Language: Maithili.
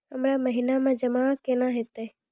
हमरा महिना मे जमा केना हेतै?